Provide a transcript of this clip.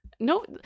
No